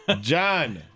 John